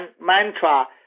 mantra